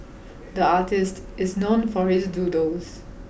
the artist is known for his doodles